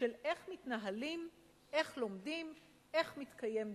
של איך מתנהלים, איך לומדים, איך מתקיים דיון.